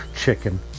chicken